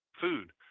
food